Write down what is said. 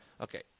Okay